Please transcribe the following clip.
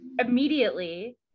immediately